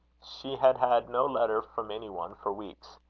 she had had no letter from any one for weeks.